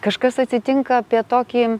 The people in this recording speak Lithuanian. kažkas atsitinka apie tokį